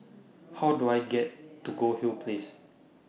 How Do I get to Goldhill Place